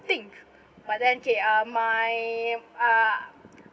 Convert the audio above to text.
thing but then K uh my uh